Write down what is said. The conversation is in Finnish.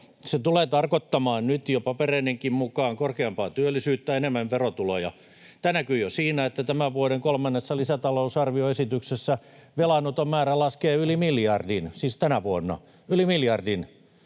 Se tulee tarkoittamaan nyt jo papereidenkin mukaan korkeampaa työllisyyttä, enemmän verotuloja. Tämä näkyy jo siinä, että tämän vuoden kolmannessa lisätalousarvioesityksessä velanoton määrä laskee yli miljardin, siis tänä vuonna yli miljardin